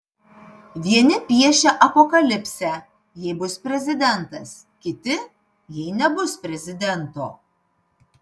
vieni piešia apokalipsę jei bus prezidentas kiti jei nebus prezidento